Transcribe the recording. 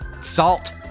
Salt